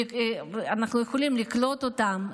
אנחנו יכולים לקלוט אותם,